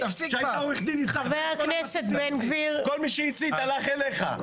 כשהיית עורך דין, כל מי שהצית הלך אליך.